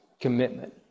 commitment